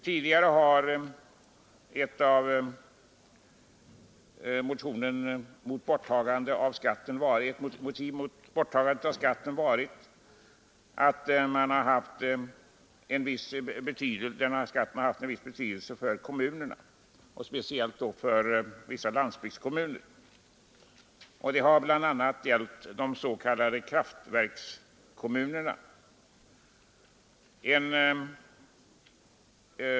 Tidigare har ett av motiven för ett bibehållande av skatten varit att denna haft en viss betydelse för kommunerna, speciellt för en del landsbygdskommuner. Det har bl.a. gällt de s.k. kraftverkskommunerna.